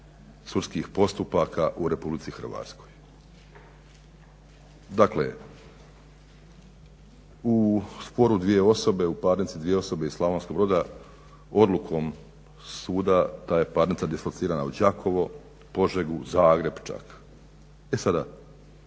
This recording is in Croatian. sudskih postupaka u Republici Hrvatskoj. Dakle, u sporu dvije osobe, u parnici dvije osobe iz Slavonskog Broda odlukom suda ta je parnica dislocirana u Đakovo, Požegu, Zagreb čak. E sada,